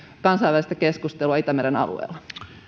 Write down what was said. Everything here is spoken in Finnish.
kansainvälistä keskustelua itämeren alueella